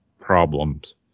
problems